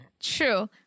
True